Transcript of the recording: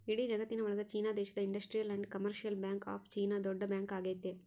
ಇಡೀ ಜಗತ್ತಿನ ಒಳಗ ಚೀನಾ ದೇಶದ industrial and commercial bank of China ದೊಡ್ಡ ಬ್ಯಾಂಕ್ ಆಗೈತೆ